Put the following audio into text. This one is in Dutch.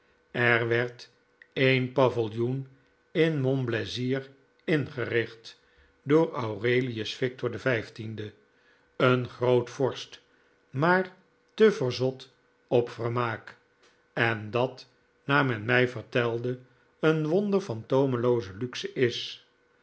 er werd een paviljoen in monblaisir ingericht door aurelius victor xv een groot vorst maar te verzot op vermaak en dat naar men mij vertelde een wonder van toomelooze luxe is